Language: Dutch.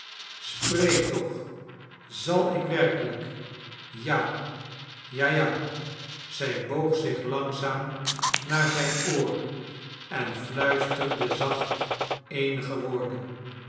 spreek toch zal ik werkelijk ja ja ja zij boog zich langzaam naar zijn oor en fluisterde zacht eenige woorden